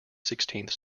sixteenth